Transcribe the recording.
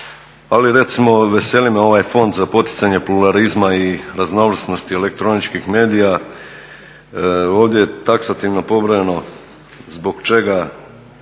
Ali recimo veseli me ovaj Fond za poticanje pluralizma i raznovrsnosti elektroničkih medija. Ovdje je taksativno pobrojano zbog čega